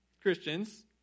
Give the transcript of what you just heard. Christians